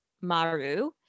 Maru